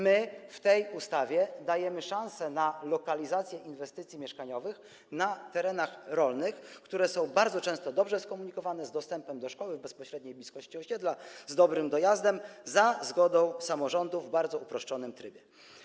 My w tej ustawie dajemy szansę na lokalizację inwestycji mieszkaniowych na terenach rolnych, które są bardzo często dobrze skomunikowane, z dostępem do szkoły w bezpośredniej bliskości osiedla, z dobrym dojazdem, za zgodą samorządów w bardzo uproszczonym trybie.